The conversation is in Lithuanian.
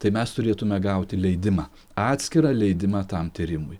tai mes turėtume gauti leidimą atskirą leidimą tam tyrimui